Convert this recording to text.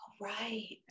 Right